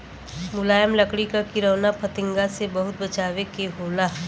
मुलायम लकड़ी क किरौना फतिंगा से बहुत बचावे के होला